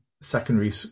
secondary